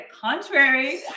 Contrary